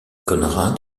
konrad